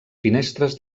finestres